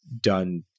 done –